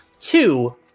Two